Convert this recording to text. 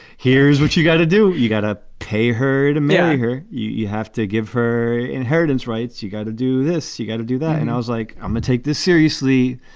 here's what you gotta do. do. you got to pay her to marry her. you you have to give her inheritance rights. you got to do this. you got to do that. and i was like, i'm gonna take this seriously.